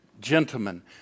gentlemen